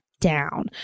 down